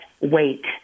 wait